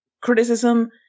Criticism